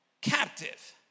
captive